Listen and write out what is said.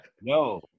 No